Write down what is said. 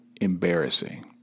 embarrassing